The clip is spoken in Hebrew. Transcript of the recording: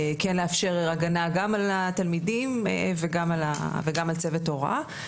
כן לאפשר הגנה גם לתלמידים וגם על צוות ההוראה.